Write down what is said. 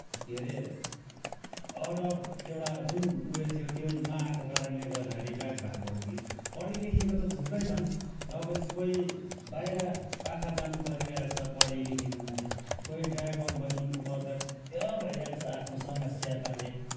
के अरे अर्डर एउटा जुन ऊ यो थियो नआएको कारणले गर्दाखेरि ब्याक भएको हो कि पढे लेखेको त थुप्रै छन् र पनि कोही बाहिर पाखा जानु परिरहेको छ पढे लेखेको मान्छे कोही ड्राइभर बनिनु कर्तव्य भइरहेको छ आफ्नो समस्याबारे